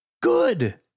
Good